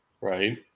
right